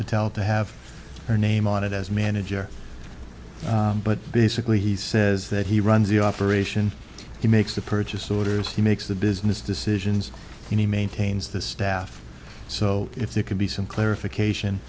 patel to have her name on it as manager but basically he says that he runs the operation he makes the purchase orders he makes the business decisions and he maintains the staff so if there can be some clarification